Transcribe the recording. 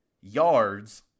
yards